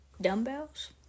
Dumbbells